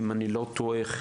אם אני לא טועה,